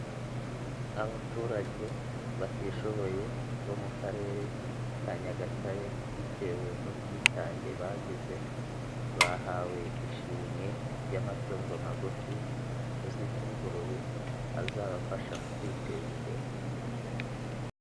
Abaturage batishoboye bo mu karere ka Nyagatare bitewe n'ubwitange bagize bahawe ishimwe ry'amatungo magufi azwi nk'ingurube azabafasha mu kwiteza imbere.